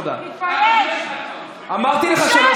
את חלאת אדם.